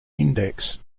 index